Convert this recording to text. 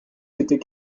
s’était